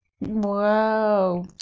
wow